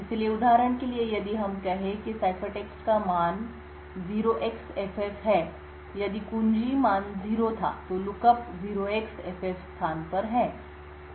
इसलिए उदाहरण के लिए यदि हम कहें कि सिफरटेक्स्ट का मान 0xFF है यदि कुंजी मान 0 था तो लुकअप 0xFF स्थान पर है